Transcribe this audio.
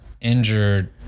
injured